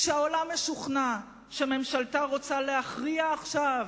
כשהעולם משוכנע שממשלתה רוצה להכריע עכשיו,